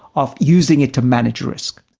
of using it to manage risk.